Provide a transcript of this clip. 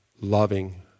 loving